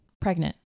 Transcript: pregnant